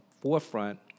forefront